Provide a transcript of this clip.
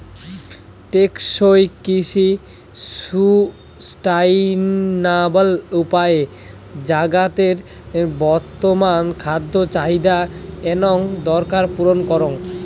টেকসই কৃষি সুস্টাইনাবল উপায়ে জাগাতের বর্তমান খাদ্য চাহিদা এনং দরকার পূরণ করাং